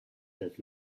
that